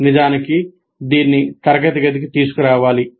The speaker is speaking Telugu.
నిజానికి దీన్ని తరగతి గదికి తీసుకురావాలి